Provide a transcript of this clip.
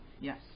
Yes